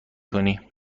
کنی